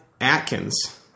Atkins